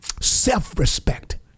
self-respect